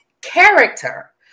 character